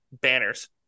Banners